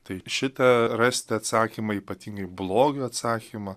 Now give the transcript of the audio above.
tai šitą rasti atsakymą ypatingai blogio atsakymą